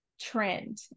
trend